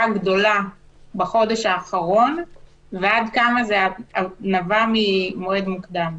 הגדולה בחודש האחרון ועד כמה זה נבע ממועד מוקדם.